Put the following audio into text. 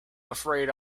afraid